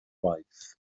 waith